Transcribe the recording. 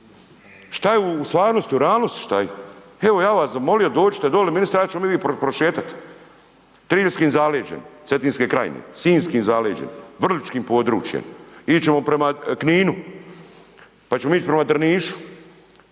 Šta je u stvarnosti, u realnosti šta je? Evo ja bih vas zamolio dođite doli ministre, ja ćemo i vi prošetat, triljskim zaleđem Cetinske krajine, sinjskim zaleđem, vrličkim područjem ići ćemo prema Kninu, pa ćemo ići prema Drnišu,